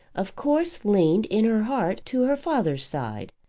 of course leaned in her heart to her father's side.